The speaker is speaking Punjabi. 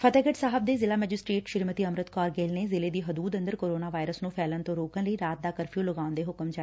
ਫਤਹਿਗੜੁ ਸਾਹਿਬ ਦੇ ਜ਼ਿਲ੍ਹਾ ਮੈਜਿਸਟਰੇਟ ਸ਼੍ਰੀਮਤੀ ਅੰਮ੍ਰਿਤ ਕੌਰ ਗਿੱਲ ਨੇ ਜ਼ਿਲ੍ਹੇ ਦੀ ਹਦੂਦ ਅੰਦਰ ਕੋਰੋਨਾ ਵਾਇਰਸ ਨੂੰ ਫੈਲਣ ਤੋਂ ਰੋਕਣ ਲਈ ਰਾਤ ਦਾ ਕਰਫਿਉ ਲਗਾਉਣ ਦੇ ਹੁਕਮ ਜਾਰੀ ਕੀਤੇ ਨੇ